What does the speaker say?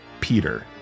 Peter